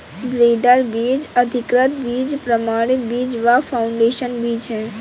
breeder बीज, अधिकृत बीज, प्रमाणित बीज व फाउंडेशन बीज है